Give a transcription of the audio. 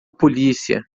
polícia